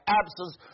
absence